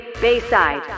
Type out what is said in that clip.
Bayside